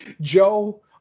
Joe